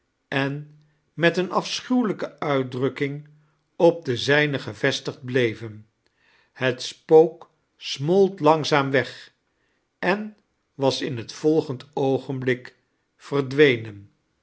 en met een afschuwelijke uitdrukking op de zijne gevestigd bleven het spook smolt langzaam weg en was in het volgend oogenblik verdwenen